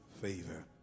favor